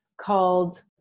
called